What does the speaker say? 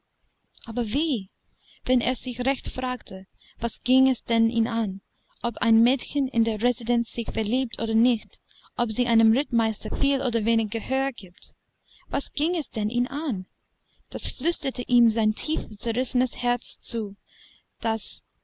aber wie wenn er sich recht fragte was ging es denn ihn an ob ein mädchen in der residenz sich verliebt oder nicht ob sie einem rittmeister viel oder wenig gehör gibt was ging es denn ihn an das flüsterte ihm sein tief zerrissenes herz zu das